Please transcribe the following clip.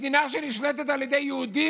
מדינה שנשלטת על ידי יהודים.